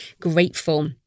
grateful